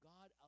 God